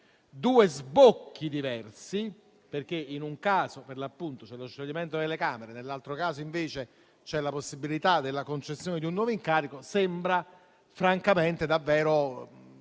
due sbocchi diversi (perché in un caso c'è lo scioglimento delle Camere e nell'altro caso invece c'è la possibilità della concessione di un nuovo incarico) sembra davvero